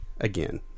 again